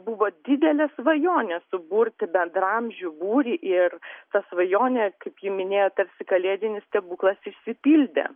buvo didelė svajonė suburti bendraamžių būrį ir ta svajonė kaip ji minėjo tarsi kalėdinis stebuklas išsipildė